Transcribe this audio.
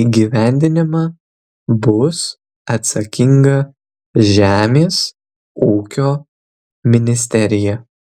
įgyvendinimą bus atsakinga žemės ūkio ministerija